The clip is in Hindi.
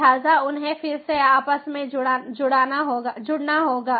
लिहाजा उन्हें फिर से आपस में जुड़ना होगा